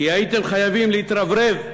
כי הייתם חייבים להתרברב: